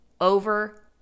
over